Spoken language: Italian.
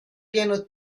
pieno